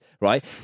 right